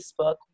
Facebook